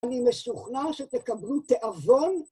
אני משוכנע שתקבלו תאבון.